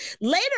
Later